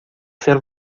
ser